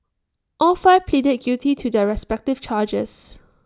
all five pleaded guilty to their respective charges